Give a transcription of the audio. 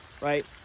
right